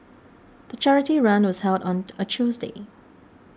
the charity run was held on a Tuesday